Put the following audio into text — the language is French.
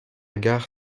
gare